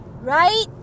right